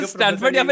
Stanford